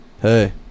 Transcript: Hey